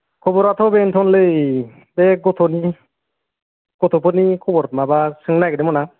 खबराथ' बेनोथ'लै बे गथ'नि गथ'फोरनि खबर माबा सोंनो नागिरदोंमोन आं